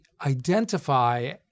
identify